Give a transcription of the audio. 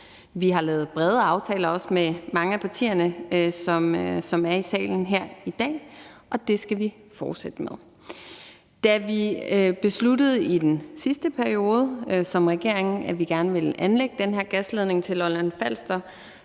vi har lavet brede aftaler, også med mange af partierne, som er i salen her i dag, og det skal vi fortsætte med. Da vi i den sidste periode som regering besluttede, at vi gerne ville anlægge den her gasledning til Lolland-Falster,